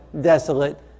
desolate